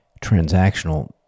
transactional